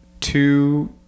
two